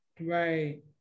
Right